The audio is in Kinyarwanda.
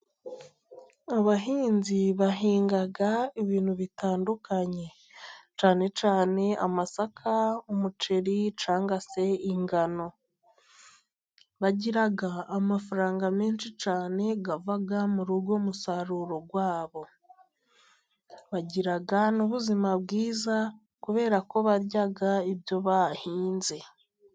Abahinzi bahinga ibintu bitandukanye cyane cyane amasaka, umuceri , cyangwa se ingano, bagira amafaranga menshi cyane ava muri uwo musaruro wabo, bagira n'ubuzima bwiza kuberako barya ibyo bahinze.